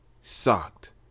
sucked